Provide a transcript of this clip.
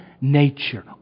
nature